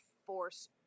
force